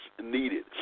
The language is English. needed